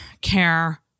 care